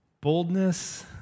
Boldness